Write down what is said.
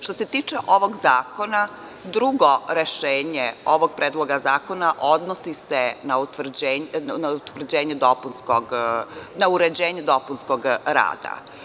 Što se tiče ovog zakona, drugo rešenje ovog Predloga zakona odnosi se na uređenje dopunskog rada.